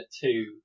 Two